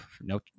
No